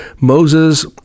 Moses